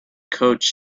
coach